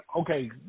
okay